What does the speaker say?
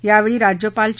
यावेळी राज्यपाल चे